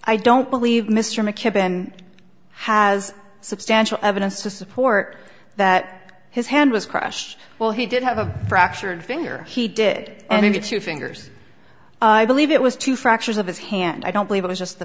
i don't believe mr mckibben has substantial evidence to support that his hand was crushed well he did have a fractured finger he did and indeed two fingers i believe it was two fractures of his hand i don't believe it was just the